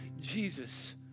Jesus